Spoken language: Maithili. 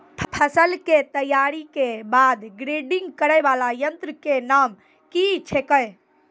फसल के तैयारी के बाद ग्रेडिंग करै वाला यंत्र के नाम की छेकै?